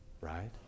right